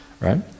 right